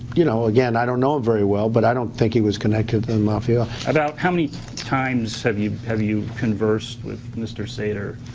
you know, again, i don't know him very well. but i don't think he was connected to the mafia about how many times have you have you conversed with mr. sater